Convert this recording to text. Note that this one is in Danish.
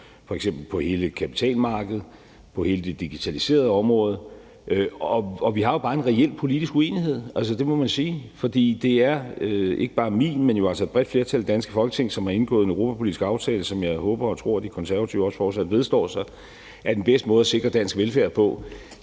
f.eks. på hele kapitalmarkedet og på hele det digitaliserede område. Vi har jo bare en reel politisk uenighed, altså, det må man sige. For det er jo ikke bare min mening, men det er altså et bredt flertal af det danske Folketing, som har indgået en europapolitisk aftale, som jeg håber og tror De Konservative også fortsat vedstår sig, at den bedste måde at sikre dansk velfærd på,